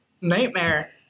nightmare